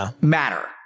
matter